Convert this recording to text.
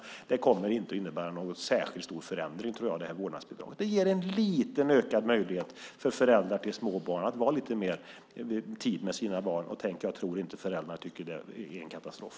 Vårdnadsbidraget kommer inte att innebära någon särskilt stor förändring, tror jag. Det ger en liten ökad möjlighet för föräldrar till små barn att vara lite mer med sina barn. Tänk, jag tror inte att föräldrarna tycker att det är en katastrof.